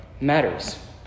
matters